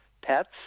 pets